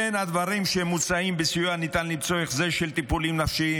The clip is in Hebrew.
בין הדברים שמוצעים בסיוע ניתן למצוא החזר של טיפולים נפשיים.